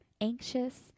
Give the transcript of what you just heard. anxious